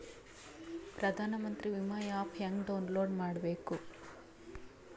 ಪ್ರಧಾನಮಂತ್ರಿ ವಿಮಾ ಆ್ಯಪ್ ಹೆಂಗ ಡೌನ್ಲೋಡ್ ಮಾಡಬೇಕು?